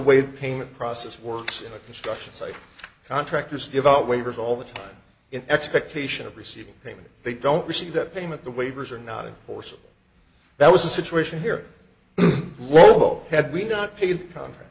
the payment process works in a construction site contractors give out waivers all the time in expectation of receiving payment they don't receive that payment the waivers are not in force that was the situation here whoa had we not paid contract